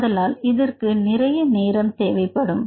ஆதலால் இதற்கு நிறைய நேரம் தேவை படும்